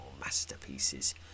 masterpieces